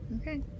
Okay